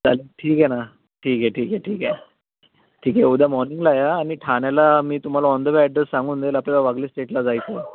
चालेल ठीक आहे ना ठीक आहे ठीक आहे ठीक आहे ठीक आहे उद्या मॉर्निंगला या आणि ठाण्याला मी तुम्हाला ऑन द वे ॲड्रेस सांगून देईल आपल्याला वागळे इस्टेटला जायचं आहे